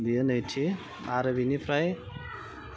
बियो नैथि आरो बिनिफ्राइ